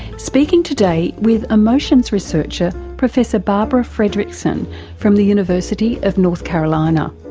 speaking today with emotions researcher professor barbara fredrickson from the university of north carolina.